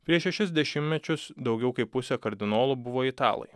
prieš šešis dešimtmečius daugiau kaip pusė kardinolų buvo italai